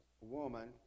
Woman